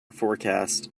forecast